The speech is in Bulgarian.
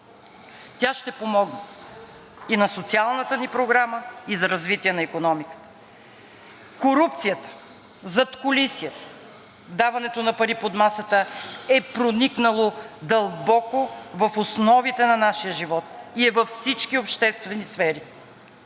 Тя ще помогне и на социалната ни програма, и за развитие на икономиката. Корупцията, задкулисието, даването на пари под масата е проникнало дълбоко в основите на нашия живот и във всички обществени сфери.